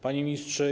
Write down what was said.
Panie Ministrze!